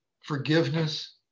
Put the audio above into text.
forgiveness